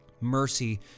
Mercy